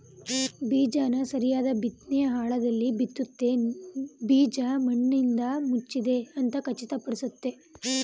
ಬೀಜನ ಸರಿಯಾದ್ ಬಿತ್ನೆ ಆಳದಲ್ಲಿ ಬಿತ್ತುತ್ತೆ ಬೀಜ ಮಣ್ಣಿಂದಮುಚ್ಚಿದೆ ಅಂತ ಖಚಿತಪಡಿಸ್ತದೆ